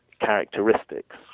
characteristics